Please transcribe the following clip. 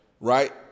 Right